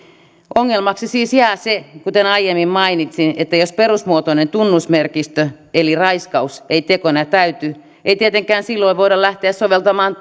ongelmaksi siis jää se kuten aiemmin mainitsin että jos perusmuotoinen tunnusmerkistö eli raiskaus ei tekona täyty ei tietenkään silloin voida lähteä soveltamaan